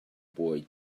boy